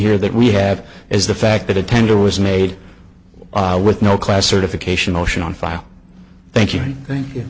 here that we have is the fact that a tender was made with no class certification ocean on file thank you thank you